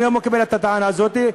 אני לא מקבל את הטענה הזאת,